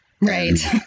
Right